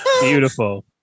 beautiful